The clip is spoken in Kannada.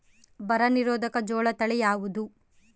ಬರ ನಿರೋಧಕ ಜೋಳ ತಳಿ ಯಾವುದು?